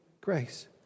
grace